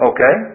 Okay